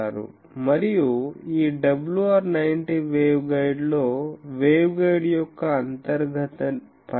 మరియు ఈ WR90 వేవ్గైడ్లో వేవ్గైడ్ యొక్క అంతర్గత పరిమాణం 0